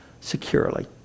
securely